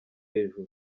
hejuru